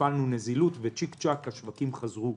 הפעלנו נזילות וצ'יק צ'ק השווקים התחילו לתפקד.